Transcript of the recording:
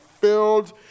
filled